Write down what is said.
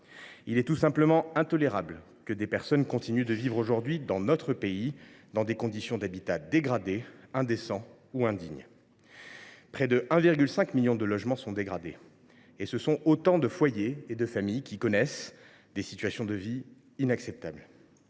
Il est tout simplement intolérable que des personnes continuent de vivre aujourd’hui, dans notre pays, dans des conditions d’habitat dégradé, indécent ou indigne. Près de 1,5 million de logements sont dégradés : ce sont autant de foyers et de familles qui connaissent des situations de vie inacceptables.